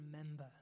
remember